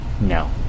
No